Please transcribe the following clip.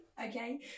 okay